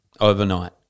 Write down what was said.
Overnight